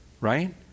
right